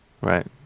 right